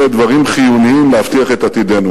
הן דברים חיוניים להבטיח את עתידנו.